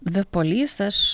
the police aš